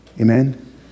Amen